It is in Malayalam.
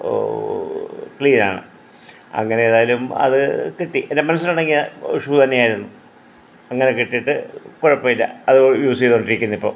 ക്ലീനാണ് അങ്ങനെ ഏതായാലും അത് കിട്ടി എൻ്റെ മനസ്സിന് ഇണങ്ങിയ ഒരു ഷൂ തന്നെ ആയിരുന്നു അങ്ങനെ കിട്ടിയിട്ട് കുഴപ്പമില്ല അത് യൂസ് ചെയ്തുകൊണ്ടിരിക്കുന്നു ഇപ്പം